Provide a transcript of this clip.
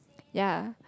ya